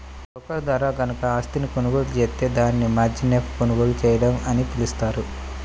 broker ద్వారా గనక ఆస్తిని కొనుగోలు జేత్తే దాన్ని మార్జిన్పై కొనుగోలు చేయడం అని పిలుస్తారు